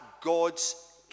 God's